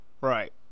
Right